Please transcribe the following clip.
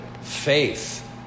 faith